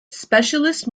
specialist